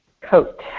coat